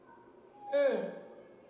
mm